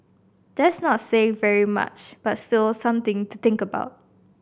that's not saying very much but still something to think about